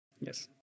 Yes